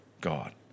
God